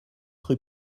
rue